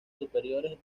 superiores